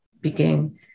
begin